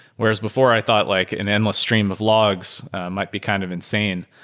whereas before i thought like an endless stream of logs might be kind of insane.